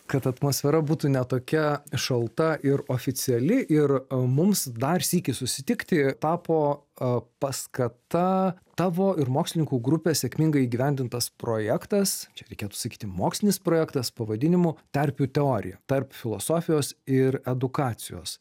kad atmosfera būtų ne tokia šalta ir oficiali ir mums dar sykį susitikti tapo paskata tavo ir mokslininkų grupės sėkmingai įgyvendintas projektas čia reikėtų sakyti mokslinis projektas pavadinimu terpių teorija tarp filosofijos ir edukacijos